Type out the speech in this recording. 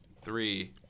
Three